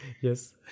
Yes